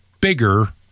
bigger